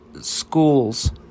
schools